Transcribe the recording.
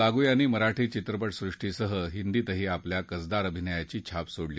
लागू यांनी मराठी चित्रपटसृष्टीसह हिंदीतही आपल्या कसदार अभिनयाची छाप सोडली